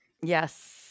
yes